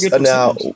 now